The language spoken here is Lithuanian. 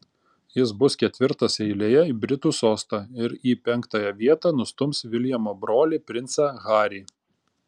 jis bus ketvirtas eilėje į britų sostą ir į penktąją vietą nustums viljamo brolį princą harį